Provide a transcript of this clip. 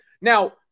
Now